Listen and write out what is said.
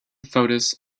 foetus